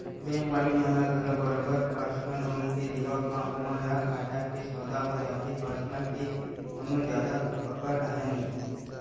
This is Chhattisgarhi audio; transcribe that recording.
बेंक वाले मन ल घलो बरोबर परसनल लोन के देवब म ओमन ल घाटा के सौदा हो जाथे परसनल के कोनो जादा पकड़ राहय नइ